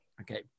okay